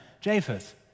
Japheth